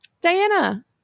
Diana